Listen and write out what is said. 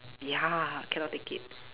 ya cannot take it